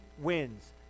wins